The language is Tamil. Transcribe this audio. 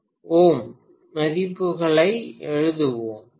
24Ω மதிப்புகளை எழுதுவேன்